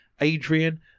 Adrian